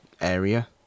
area